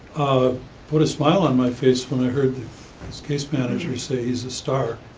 ah put a smile on my face when i heard his case manager say he's a star,